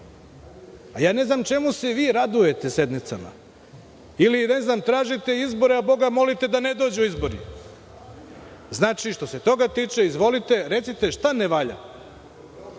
dana. Ne znam čemu se vi radujete sednicama ili, ne znam, tražite izbore, a Boga molite da ne dođu izbori. Znači, što se toga tiče, izvolite, recite šta ne valja,